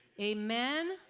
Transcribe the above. Amen